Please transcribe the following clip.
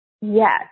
Yes